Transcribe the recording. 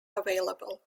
available